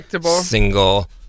single